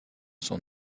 son